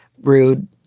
rude